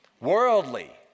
worldly